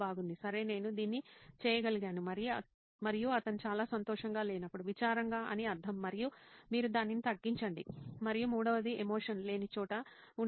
సరే నేను దీన్ని చేయగలిగాను మరియు అతను చాలా సంతోషంగా లేనప్పుడు విచారంగా అని అర్ధం మరియు మీరు దానిని తగ్గించండి మరియు మూడవది ఎమోషన్ లేని చోట ఉండటం